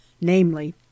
namely